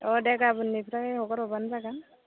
अ दे गाबोननिफ्राय हगार हरब्लानो जागोन